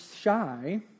shy